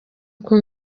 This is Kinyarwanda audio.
uko